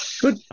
Good